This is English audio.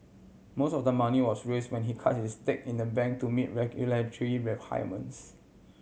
most of the money was raise when he cut his stake in the bank to meet regulatory requirements